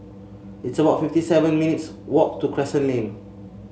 it's about fifty seven minutes' walk to Crescent Lane